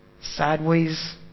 sideways